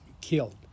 killed